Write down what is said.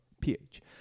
PH